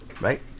right